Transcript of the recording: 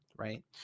Right